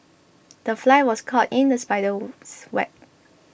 the fly was caught in the spider's web